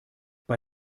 bei